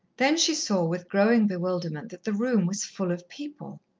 then she saw, with growing bewilderment, that the room was full of people.